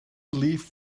leave